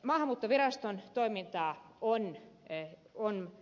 maahanmuuttoviraston toimintaa on tehostettu